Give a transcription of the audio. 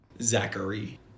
Zachary